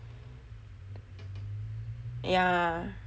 yah